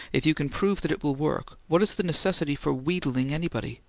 if you can prove that it will work, what is the necessity for wheedling anybody?